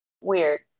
weird